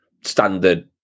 standard